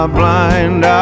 blind